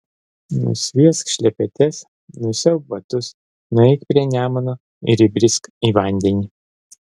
nusviesk šlepetes nusiauk batus nueik prie nemuno ir įbrisk į vandenį